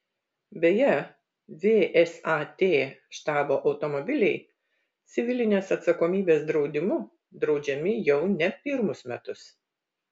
beje vsat štabo automobiliai civilinės atsakomybės draudimu draudžiami jau ne pirmus metus